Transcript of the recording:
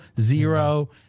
zero